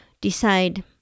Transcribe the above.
decide